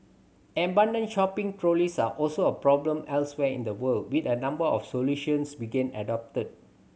abandoned shopping trolleys are also a problem elsewhere in the world with a number of solutions being adopted